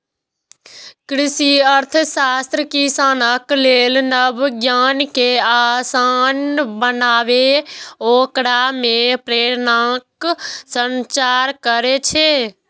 कृषि अर्थशास्त्र किसानक लेल नव ज्ञान कें आसान बनाके ओकरा मे प्रेरणाक संचार करै छै